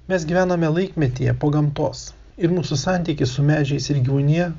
mes gyvename laikmetyje po gamtos ir mūsų santykis su medžiais ir gyvūnija